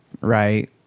right